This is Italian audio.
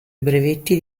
brevetti